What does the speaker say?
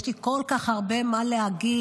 יש לי כל כך הרבה מה להגיד.